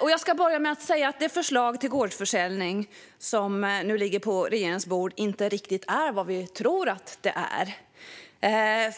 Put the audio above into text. Jag ska börja med att säga att det förslag till gårdsförsäljning som nu ligger på regeringens bord inte riktigt är vad vi tror att det är.